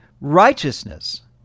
righteousness